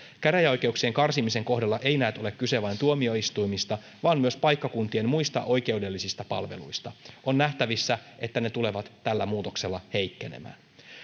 käräjäoikeuksien karsimisen kohdalla ei näet ole kyse vain tuomioistuimista vaan myös paikkakuntien muista oikeudellisista palveluista on nähtävissä että ne tulevat tällä muutoksella heikkenemään